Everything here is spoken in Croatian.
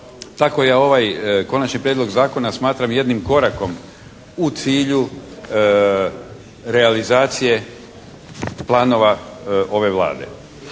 Tako ja ovaj Konačni prijedlog Zakona smatram jednim korakom u cilju realizacije planova ove Vlade.